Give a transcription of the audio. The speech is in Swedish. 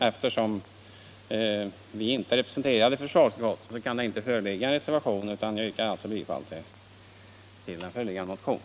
Eftersom vi inte är representerade i försvarsutskottet kan det inte föreligga någon reservation.